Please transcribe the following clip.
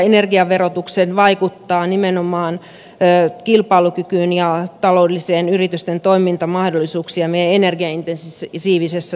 minkälaiset asiat energiaverotuksessa vaikuttavat nimenomaan kilpailukykyyn ja taloudellisiin yritysten toimintamahdollisuuksiin meidän energiaintensiivisessä teollisuudessa